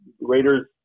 Raiders